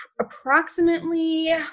approximately